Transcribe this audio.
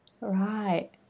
right